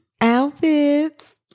Outfits